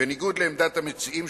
בניגוד לעמדת המציעים,